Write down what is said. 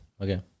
Okay